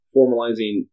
formalizing